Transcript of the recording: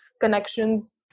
connections